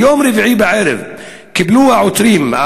ביום רביעי בערב קיבלו העותרים,